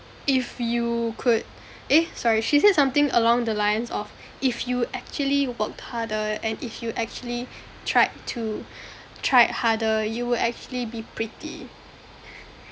if you could eh sorry she said something along the lines of if you actually worked harder and if you actually tried to tried harder you would actually be pretty